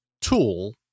tool